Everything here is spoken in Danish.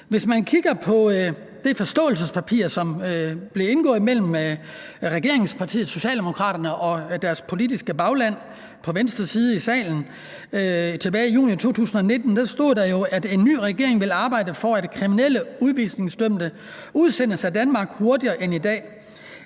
Hvis man kigger på det forståelsespapir, som blev indgået mellem regeringspartiet, Socialdemokraterne, og deres politiske bagland på venstre side af salen tilbage i 2019, så stod der jo: En ny regering vil arbejde for, at kriminelle udvisningsdømte udsendes af Danmark hurtigere end i dag.